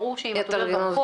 ברור שאם אתה הולך ברחוב,